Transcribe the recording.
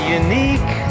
unique